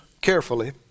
carefully